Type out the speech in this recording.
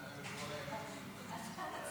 אדוני